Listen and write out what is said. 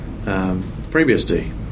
FreeBSD